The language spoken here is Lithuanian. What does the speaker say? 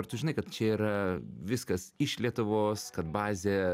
ar tu žinai kad čia yra viskas iš lietuvos kad bazė